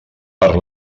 per